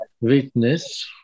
witness